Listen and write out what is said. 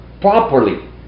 properly